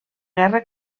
guerra